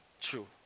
True